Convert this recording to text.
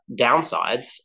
downsides